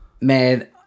man